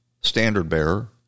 standard-bearer